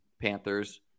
Panthers